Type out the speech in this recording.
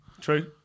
True